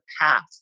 path